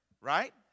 right